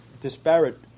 disparate